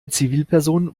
zivilperson